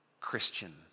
Christian